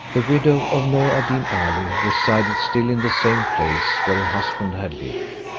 the widow of noor ad deen ali resided still in the same place where her husband had lived.